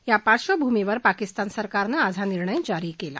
या पार्श्वभूमीवर पाकिस्तान सरकारनं आज हा निर्णय जारी केला